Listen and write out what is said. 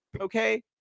Okay